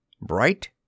bright